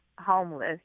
homeless